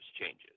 changes